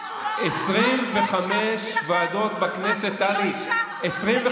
לא אישה בשבילכם, לא אישה?